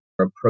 approach